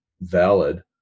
valid